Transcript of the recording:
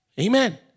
Amen